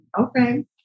Okay